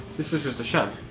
this was just a shed.